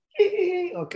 okay